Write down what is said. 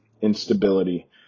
instability